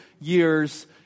years